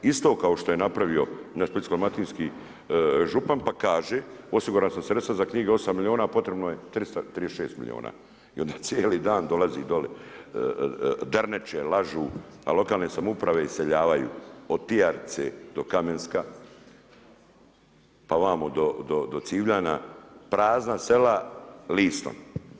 Isto kao što je napravio splitsko-dalmatinski župan pa kaže osigurana su sredstva za knjige 8 milijuna potrebno je 336 milijuna i onda cijeli dolazi doli, derneče, lažu, a lokalne samouprave iseljavaju od Tijarce do Kamenska pa vamo do Civljana, prazna sela listom.